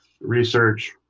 research